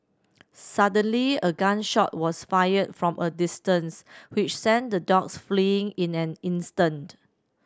suddenly a gun shot was fired from a distance which sent the dogs fleeing in an instant